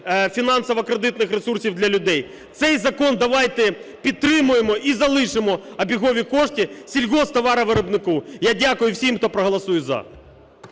фінансово-кредитних ресурсів для людей. Цей закон давайте підтримаємо і залишимо обігові кошти сільгосптоваровиробнику. Я дякую всім, хто проголосує "за".